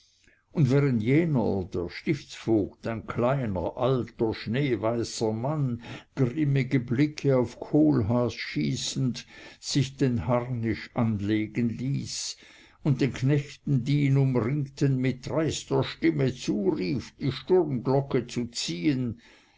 und während jener der stiftsvogt ein kleiner alter schneeweißer mann grimmige blicke auf kohlhaas schießend sich den harnisch anlegen ließ und den knechten die ihn umringten mit dreister stimme zurief die sturmglocke zu ziehn